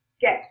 get